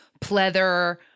pleather